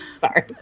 Sorry